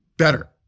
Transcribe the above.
better